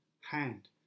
hand